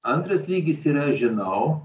antras lygis yra žinau